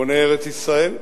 בונה ארץ-ישראל.